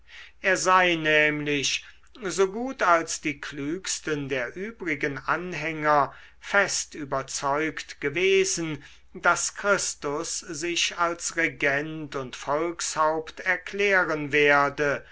er sei nämlich so gut als die klügsten der übrigen anhänger fest überzeugt gewesen daß christus sich als regent und volkshaupt erklären werde